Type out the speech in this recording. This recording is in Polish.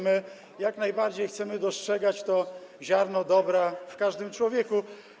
My jak najbardziej chcemy dostrzegać to ziarno dobra w każdym człowieku.